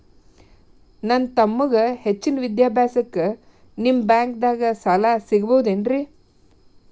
ನನ್ನ ತಮ್ಮಗ ಹೆಚ್ಚಿನ ವಿದ್ಯಾಭ್ಯಾಸಕ್ಕ ನಿಮ್ಮ ಬ್ಯಾಂಕ್ ದಾಗ ಸಾಲ ಸಿಗಬಹುದೇನ್ರಿ?